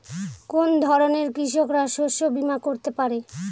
কোন ধরনের কৃষকরা শস্য বীমা করতে পারে?